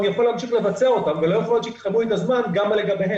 אני יכול להמשיך לבצע אותן ולא יכול להיות שיתחמו לי את הזמן גם לגביהן.